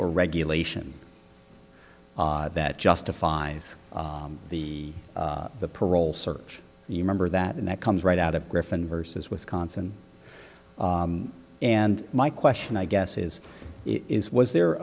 or regulation that justifies the the parole search you remember that and that comes right out of griffin versus wisconsin and my question i guess is is was there